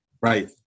Right